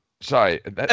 Sorry